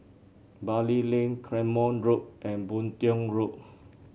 Bali Lane Claymore Road and Boon Tiong Road